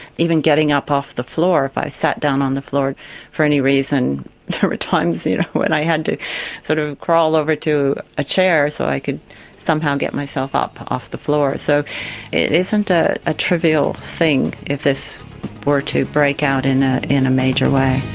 even getting up off the floor, if i sat down on the floor for any reason times when i had to sort of crawl over to a chair so i could somehow get myself up off the floor. so it isn't ah a trivial thing, if this were to break out in ah in a major way.